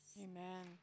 Amen